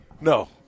No